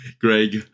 Greg